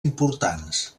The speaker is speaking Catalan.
importants